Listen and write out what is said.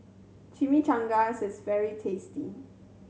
chimichangas is very tasty